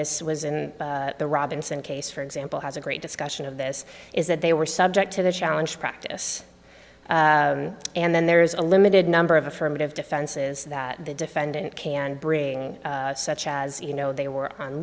this was in the robinson case for example has a great discussion of this is that they were subject to challenge practice and then there's a limited number of affirmative defenses that the defendant can bring such as you know they were on